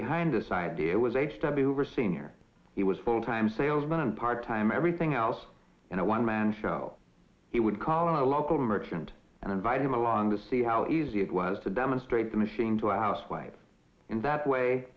behind this idea was a study over senior he was full time salesman and part time everything else in a one man show he would call a local merchant and invite him along to see how easy it was to demonstrate the machine to a housewife in that way